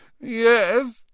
Yes